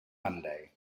monday